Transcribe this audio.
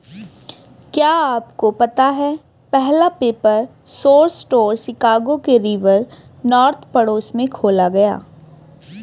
क्या आपको पता है पहला पेपर सोर्स स्टोर शिकागो के रिवर नॉर्थ पड़ोस में खोला गया?